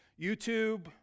YouTube